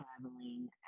traveling